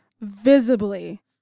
visibly